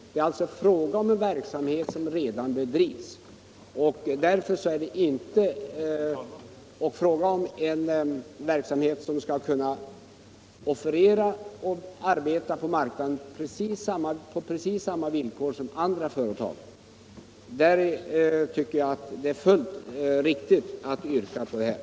Det är fråga om en verksamhet som redan bedrivs och som skall kunna arbeta på marknaden på precis samma villkor som andra företag. Därför tycker jag att yrkandet i reservationen är fullt försvarbart.